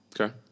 Okay